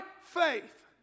faith